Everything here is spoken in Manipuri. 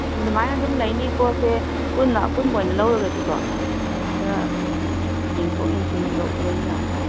ꯑꯗꯨꯃꯥꯏꯅ ꯑꯗꯨꯝ ꯂꯩꯅꯤ ꯄꯣꯠꯁꯦ ꯄꯨꯟꯅ ꯑꯄꯨꯟꯕ ꯑꯣꯏꯅ ꯂꯧꯔꯒꯗꯤꯀꯣ ꯈꯔꯁꯨ ꯌꯦꯡꯊꯣꯛ ꯌꯦꯡꯁꯤꯟꯕꯧ ꯂꯣꯏ ꯌꯥꯅꯤ